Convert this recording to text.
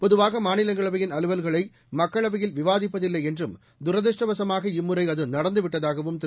பொதுவாக மாநிலங்களவையின் அலுவல்களை மக்களவையில் விவாதிப்பதில்லை என்றும் துரதிருஷ்டவசமாக இம்முறை அது நடந்துவிட்டதாகவும் திரு